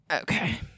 Okay